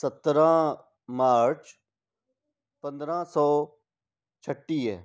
सत्रहं मार्च पंद्रहं सौ छटीह